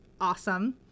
awesome